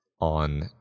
on